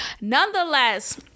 nonetheless